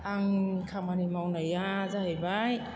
आं खामानि मावनाया जाहैबाय